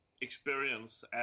experience